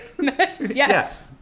yes